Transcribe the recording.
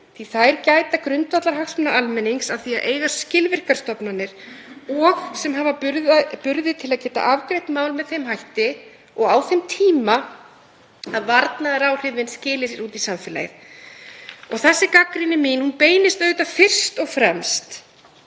að þær gæta grundvallarhagsmuna almennings af því að eiga skilvirkar stofnanir, og hafa burði til að geta afgreitt mál með þeim hætti og á þeim tíma að varnaðaráhrifin skili sér út í samfélagið. Þessi gagnrýni mín beinist auðvitað fyrst og fremst